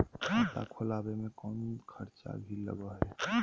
खाता खोलावे में कौनो खर्चा भी लगो है?